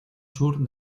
sur